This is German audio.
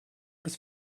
bis